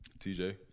TJ